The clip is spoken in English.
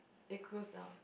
it closed down